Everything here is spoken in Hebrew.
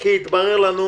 כי התברר לנו